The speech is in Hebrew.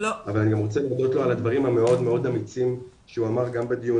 אבל אני גם רוצה להודות לו על הדברים המאוד אמיצים שהוא אמר גם בדיון